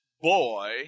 boy